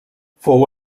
fou